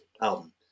album